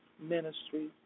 ministry